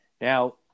Now